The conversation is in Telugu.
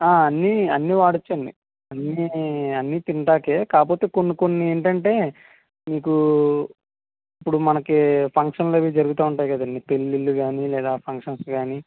అన్నీ అన్నీ వాడ వచ్చండి అన్నీ అన్నీ తినటానికే కాకపోతే కొన్ని కొన్ని ఏంటంటే మీకూ ఇప్పుడు మనకీ ఫంక్షన్లు అవి జరుగుతూ ఉంటాయి కదండీ పెళ్ళిళ్ళు కానీ లేదా ఫంక్షన్స్ కానీ